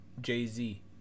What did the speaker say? Jay-Z